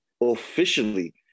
officially